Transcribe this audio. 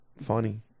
Funny